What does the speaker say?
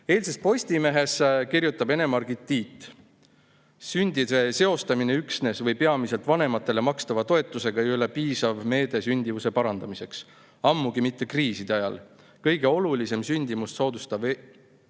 Postimehes kirjutab Ene-Margit Tiit: "Sündide seostamine üksnes või peamiselt vanematele makstava toetusega ei ole piisav meede sündimuse parandamiseks. Ammugi mitte kriiside ajal. Kõige olulisem sündimust soodustav eeldus